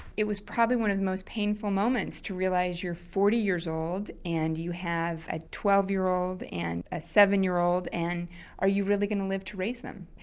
it was probably one of the most painful moments to realise you're forty years old and you have a twelve year old and a seven year old and are you really going to live to raise them?